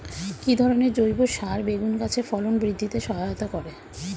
কি ধরনের জৈব সার বেগুন গাছে ফলন বৃদ্ধিতে সহায়তা করে?